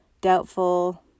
doubtful